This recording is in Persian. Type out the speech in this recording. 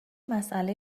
مسئله